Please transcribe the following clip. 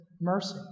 mercy